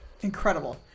Incredible